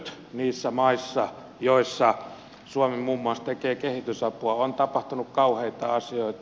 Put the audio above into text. niissä maissa joissa suomi muun muassa tekee kehitysapua on tapahtunut kauheita asioita